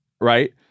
right